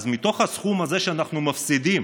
אז מתוך הסכום הזה שאנחנו מפסידים,